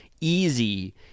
easy